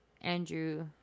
Andrew